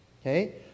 Okay